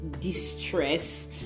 distress